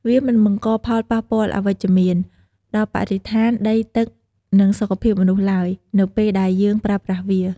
វា មិនបង្កផលប៉ះពាល់អវិជ្ជមាន ដល់បរិស្ថាន ដី ទឹក និងសុខភាពមនុស្សឡើយ នៅពេលដែលយើងប្រើប្រាស់វា។